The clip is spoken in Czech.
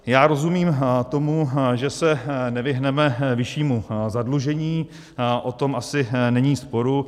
Já rozumím tomu, že se nevyhneme vyššímu zadlužení, o tom asi není sporu.